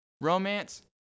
romance